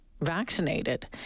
vaccinated